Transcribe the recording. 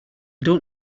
don’t